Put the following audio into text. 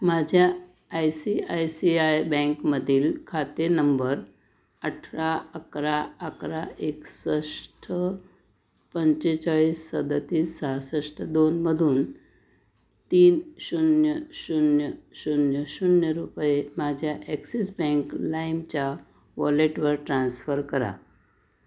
माझ्या I C I C I बँकमधील खाते नंबर अठरा अकरा अकरा एकसष्ट पंचेचाळीस सदतीस सहासष्ट दोनमधून तीन शून्य शून्य शून्य शून्य रुपये माझ्या ॲक्सिस बँक लाईमच्या वॉलेटवर ट्रान्स्फर करा